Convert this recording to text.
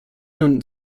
nun